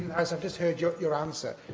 house, i've just heard your your answer,